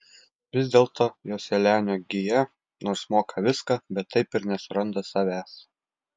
vis dėlto joselianio gija nors moka viską bet taip ir nesuranda savęs